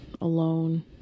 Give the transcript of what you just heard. alone